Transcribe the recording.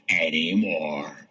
anymore